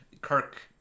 Kirk